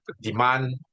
demand